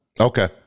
Okay